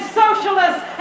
socialists